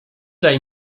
daj